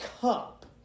cup